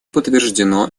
подтверждено